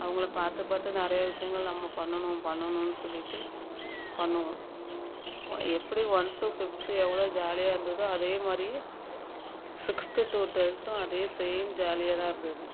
அவங்கள பார்த்து பார்த்து நிறைய விஷயங்கள் நம்ம பண்ணணும் பண்ணணும்ன்னு சொல்லிவிட்டு பண்ணுவோம் எப்படி ஒன் டு ஃபிஃப்த்து எவ்வளோ ஜாலியாக இருந்ததோ அதே மாதிரியே சிக்ஸ்த்து டு டுவெல்த்தும் அதே சேம் ஜாலியாக தான் இருந்தது